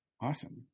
Awesome